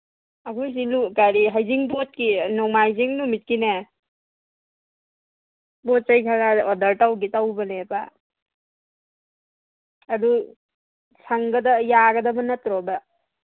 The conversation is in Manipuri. ꯑꯩꯈꯣꯏꯁꯤ ꯀꯔꯤ ꯍꯩꯖꯤꯡꯄꯣꯠꯀꯤ ꯅꯣꯡꯃꯥꯏꯖꯤꯡ ꯅꯨꯃꯤꯠꯀꯤꯅꯦ ꯄꯣꯠ ꯆꯩ ꯈꯔ ꯑꯣꯗꯔ ꯇꯧꯒꯦ ꯇꯧꯕꯅꯦꯕ ꯑꯗꯨ ꯌꯥꯒꯗꯕ ꯅꯠꯇ꯭ꯔꯣꯕ